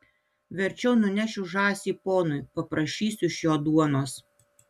verčiau nunešiu žąsį ponui paprašysiu iš jo duonos